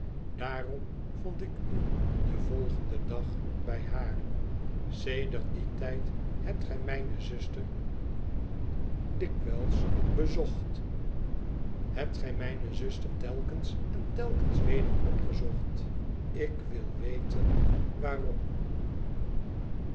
daarom vond ik u den volgenden dag bij haar sedert dien tijd hebt gij mijne zuster bezocht hebt gij mijne zaster telkens en telkens weder opgezocht ik wil weten waarom